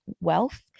wealth